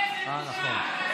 איזו בושה.